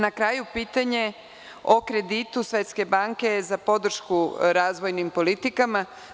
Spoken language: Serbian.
Na kraju, pitanje o kreditu Svetske banke za podršku razvojnim politikama.